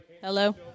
Hello